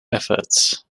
efforts